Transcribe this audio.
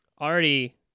already